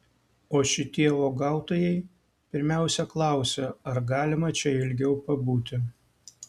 o šitie uogautojai pirmiausia klausia ar galima čia ilgiau pabūti